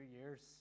years